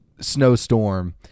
snowstorm